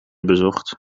bezocht